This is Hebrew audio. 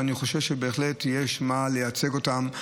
ואני חושב שבהחלט יש מה לייצג אותם.